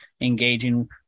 engaging